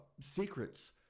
secrets